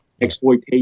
exploitation